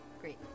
Great